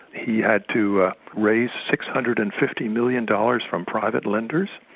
he had to raise six hundred and fifty million dollars from private lenders,